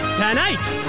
tonight